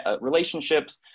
relationships